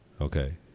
Okay